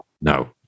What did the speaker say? No